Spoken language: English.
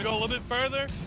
a little bit further.